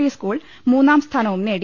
D school മൂന്നാം സ്ഥാനവും നേടി